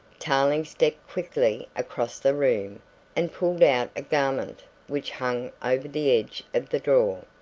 tarling stepped quickly across the room and pulled out a garment which hung over the edge of the drawer.